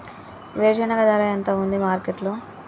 వేరుశెనగ ధర ఎంత ఉంది మార్కెట్ లో?